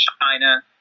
China